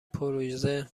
پروزه